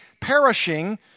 perishing